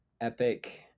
epic